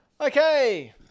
Okay